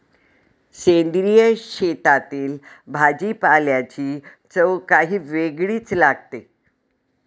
सेंद्रिय शेतातील भाजीपाल्याची चव काही वेगळीच लागते